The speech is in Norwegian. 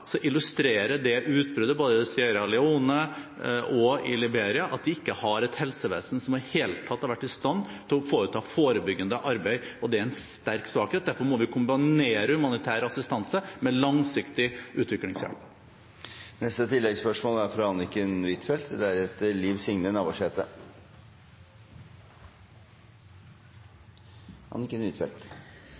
illustrerer utbruddet både i Sierra Leone og i Liberia at de har et helsevesen som ikke i det hele tatt har vært i stand til å foreta forebyggende arbeid. Det er en stor svakhet. Derfor må vi kombinere humanitær assistanse med langsiktig utviklingshjelp.